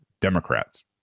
Democrats